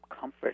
comfort